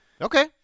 Okay